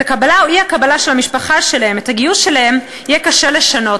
את הקבלה או האי-קבלה של המשפחה שלהם את הגיוס שלהם יהיה קשה לשנות.